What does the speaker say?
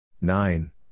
Nine